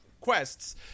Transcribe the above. quests